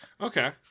okay